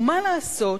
ומה לעשות